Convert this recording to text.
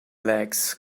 legs